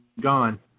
Gone